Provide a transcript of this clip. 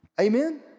Amen